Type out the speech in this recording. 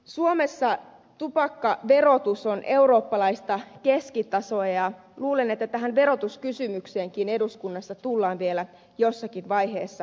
suomessa tupakkaverotus on eurooppalaista keskitasoa ja luulen että tähän verotuskysymykseenkin eduskunnassa tullaan vielä jossakin vaiheessa palaamaan